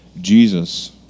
Jesus